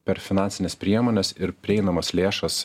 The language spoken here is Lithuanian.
per finansines priemones ir prieinamas lėšas